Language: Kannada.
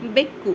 ಬೆಕ್ಕು